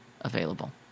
available